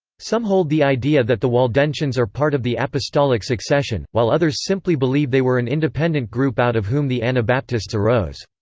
some hold the idea that the waldensians are part of the apostolic succession, while others simply believe they were an independent group out of whom the anabaptists arose.